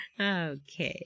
Okay